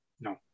No